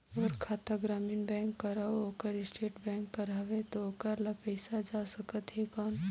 मोर खाता ग्रामीण बैंक कर अउ ओकर स्टेट बैंक कर हावेय तो ओकर ला पइसा जा सकत हे कौन?